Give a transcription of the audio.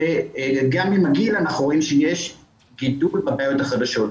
שגם עם הגיל אנחנו רואים שיש גידול בבעיות החדשות,